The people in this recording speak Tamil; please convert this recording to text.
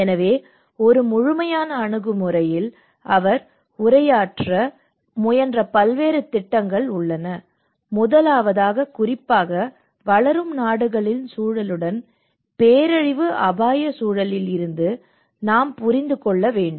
எனவே ஒரு முழுமையான அணுகுமுறையில் அவர் உரையாற்ற முயன்ற பல்வேறு திட்டங்கள் உள்ளன முதலாவதாக குறிப்பாக வளரும் நாடுகளின் சூழலுடன் பேரழிவு அபாய சூழலில் இருந்து நாம் புரிந்து கொள்ள வேண்டும்